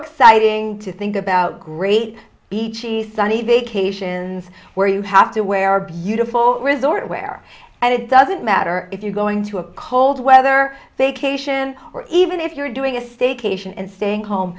exciting to think about great beaches sunny vacations where you have to wear a beautiful resort where it doesn't matter if you're going to a cold weather vacation or even if you're doing a staycation and staying home